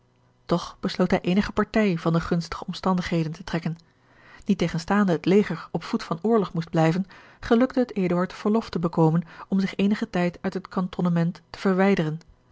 besloot hij eenige partij van de gunstige omstandigheden te trekken niettegenstaande het leger op voet van oorlog moest blijven gelukte het eduard verlof te bekomen om zich eenigen tijd uit het kantonnement te verwijderen